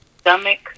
stomach